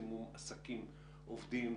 מקסימום עסקים עובדים,